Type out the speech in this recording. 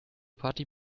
party